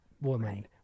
woman –